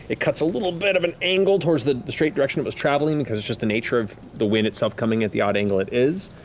it cuts a little bit of an angle towards the the straight direction it was traveling, because it's just the nature of the wind itself coming at the odd angle it is.